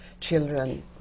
children